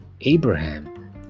Abraham